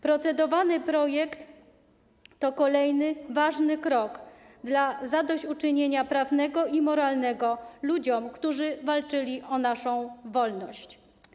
Procedowany projekt to kolejny ważny krok w kierunku zadośćuczynienia prawnego i moralnego ludziom, którzy walczyli o naszą wolność.